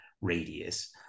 radius